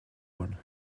one